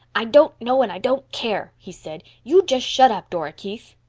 i don't know and i don't care, he said. you just shut up, dora keith.